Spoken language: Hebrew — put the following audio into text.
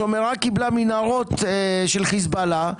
שומרה קיבלה מנהרות של חיזבאללה,